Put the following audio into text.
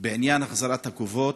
בעניין החזרת הגופות.